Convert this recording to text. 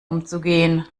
umzugehen